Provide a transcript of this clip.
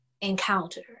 encounter